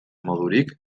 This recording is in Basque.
modurik